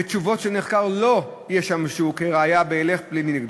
ותשובות של נחקר לא ישמשו כראיה בהליך פלילי נגדו.